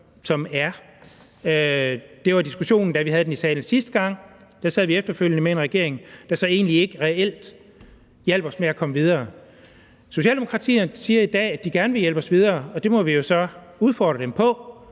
som er der. Det var diskussionen, da vi havde den i salen sidste gang. Der sad vi efterfølgende med en regering, der så egentlig ikke reelt hjalp os med at komme videre. Socialdemokratiet siger i dag, at de gerne vil hjælpe os videre, og vi må jo så udfordre dem på,